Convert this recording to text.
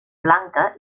blanca